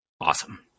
awesome